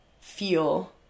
feel